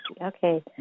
okay